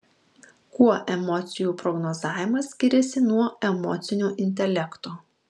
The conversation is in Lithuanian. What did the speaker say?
kuo emocijų prognozavimas skiriasi nuo emocinio intelekto